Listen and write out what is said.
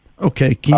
Okay